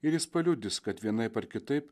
ir jis paliudys kad vienaip ar kitaip